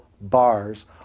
bars